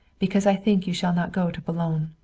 because i think you shall not go to boulogne.